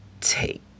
take